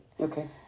Okay